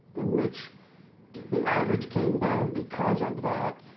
in which the average came down because of that?